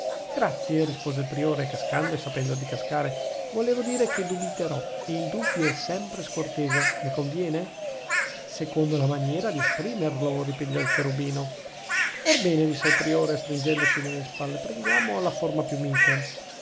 grazie rispose il priore cascando e sapendo di cascare volevo dire che dubiterò e il dubbio è sempre scortese ne conviene secondo la maniera di esprimerlo ripigliò il cherubino orbene disse il priore stringendosi nelle spalle prendiamo la forma più mite